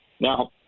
Now